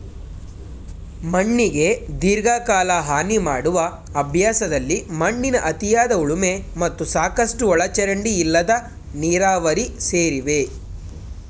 ಮಣ್ಣಿಗೆ ದೀರ್ಘಕಾಲ ಹಾನಿಮಾಡುವ ಅಭ್ಯಾಸದಲ್ಲಿ ಮಣ್ಣಿನ ಅತಿಯಾದ ಉಳುಮೆ ಮತ್ತು ಸಾಕಷ್ಟು ಒಳಚರಂಡಿ ಇಲ್ಲದ ನೀರಾವರಿ ಸೇರಿವೆ